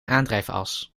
aandrijfas